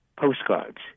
postcards